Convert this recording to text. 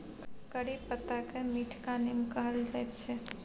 करी पत्ताकेँ मीठका नीम कहल जाइत छै